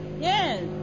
Yes